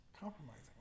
Compromising